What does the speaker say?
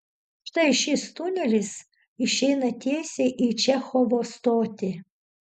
štai šis tunelis išeina tiesiai į čechovo stotį